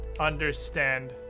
understand